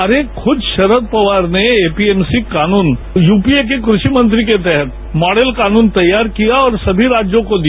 अरे खुद शरद पवार ने एपीएमसी कानून यूपीए के कृषि मंत्री के तहत भॉडल कानून तैयार किया और सभी राज्यों को दिया